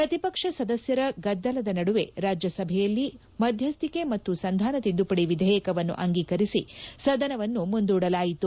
ಪ್ರತಿಪಕ್ಷ ಸದಸ್ಕರ ಗದ್ದಲದ ನಡುವೆ ರಾಜ್ಯಸಭೆಯಲ್ಲಿ ಮಧ್ಯಸ್ಥಿಕೆ ಮತ್ತು ಸಂಧಾನ ತಿದ್ದುಪಡಿ ವಿಧೇಯಕವನ್ನು ಅಂಗೀಕರಿಸಿ ಸದನವನ್ನು ಮುಂದೂಡಲಾಯಿತು